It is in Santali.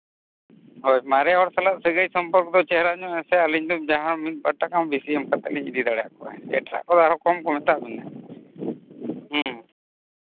ᱦᱳᱭ ᱢᱟᱨᱮ ᱦᱚᱲ ᱥᱟᱞᱟᱜ ᱥᱟᱹᱜᱟᱹᱭ ᱥᱚᱢᱯᱚᱨᱠᱚ ᱪᱮᱦᱨᱟ ᱧᱚᱜ ᱦᱮᱸᱥᱮ ᱟᱹᱞᱤᱧ ᱫᱚ ᱡᱟᱦᱟᱸ ᱢᱤᱫ ᱵᱟᱨ ᱴᱟᱠᱟ ᱦᱚᱸ ᱵᱮᱥᱤ ᱮᱢ ᱠᱟᱛᱮ ᱞᱤᱧ ᱤᱫᱤ ᱫᱟᱲᱮ ᱠᱚᱣᱟ ᱮᱴᱟᱜ ᱠᱚ ᱟᱨᱦᱚᱸ ᱠᱚᱢ ᱠᱚ ᱢᱮᱛᱟ ᱵᱤᱱᱟ ᱦᱮᱸ